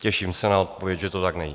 Těším se na odpověď, že to tak není.